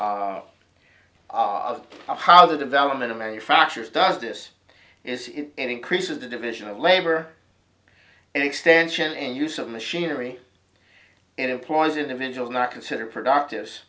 one how the development of mary fractures does this is it increases the division of labor and extension and use of machinery it employs individual not consider productive